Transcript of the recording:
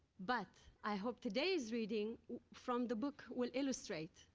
but i hope today's reading from the book will illustrate